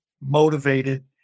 motivated